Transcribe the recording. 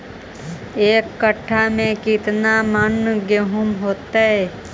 एक कट्ठा में केतना मन गेहूं होतै?